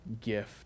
gift